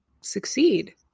succeed